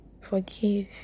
Forgive